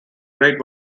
great